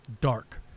dark